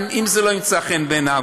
אם זה לא ימצא חן בעיניו.